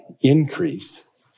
increase